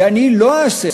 ואני לא אעשה,